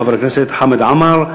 חבר הכנסת חמד עמאר,